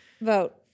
Vote